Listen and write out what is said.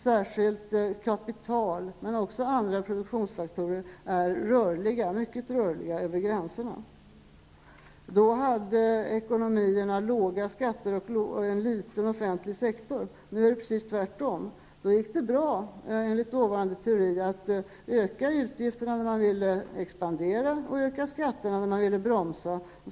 Särskilt kapital, men också andra produktionsfaktorer, är mycket rörliga över gränserna. Då hade ekonomierna låga skatter och en liten offentlig sektor. Nu är det precis tvärtom. Då gick det bra att, enligt dåvarande teori, öka utgifterna när man ville expandera och höja skatterna när man ville bromsa.